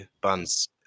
Buns